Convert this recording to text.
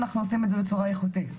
אנחנו עושים את זה בצורה איכותית.